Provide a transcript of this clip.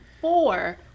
four